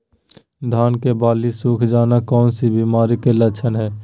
धान की बाली सुख जाना कौन सी बीमारी का लक्षण है?